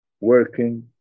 working